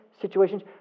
situations